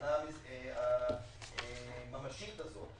הסכנה הממשית הזאת?